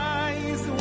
eyes